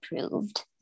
approved